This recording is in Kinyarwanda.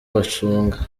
bashunga